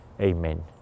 Amen